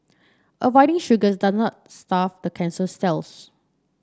avoiding sugars does not starve the cancers cells